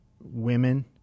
women